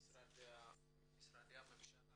במשרדי הממשלה.